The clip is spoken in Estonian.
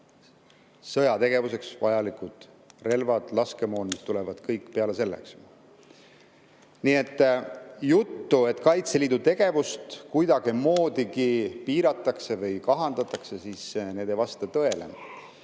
sõjategevuseks vajalikud relvad ja laskemoon tulevad sellele lisaks. Nii et jutud, et Kaitseliidu tegevust kuidagimoodi piiratakse või kahandatakse, ei vasta tõele.